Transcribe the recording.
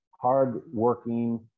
hard-working